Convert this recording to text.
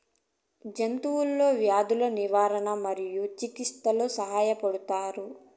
జంతువులలో వ్యాధుల నిర్ధారణ మరియు చికిత్చలో సహాయపడుతారు